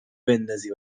بندازی